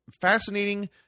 fascinating